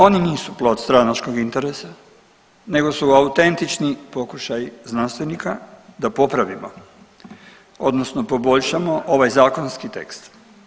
Oni nisu plod stranačkog interesa, nego su autentični pokušaji znanstvenika da popravimo, odnosno poboljšamo ovaj zakonski tekst.